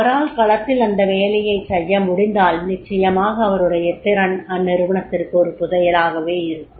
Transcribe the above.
அவரால் களத்தில் அந்த வேலையைச் செய்ய முடிந்தால் நிச்சயமாக அவருடைய திறன் அந்நிறுவனத்திற்கு ஒரு புதையலாகவே இருக்கும்